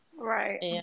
Right